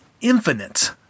infinite